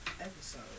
episode